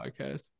podcast